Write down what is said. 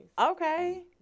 Okay